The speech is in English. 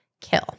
kill